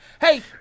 Hey